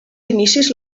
inicis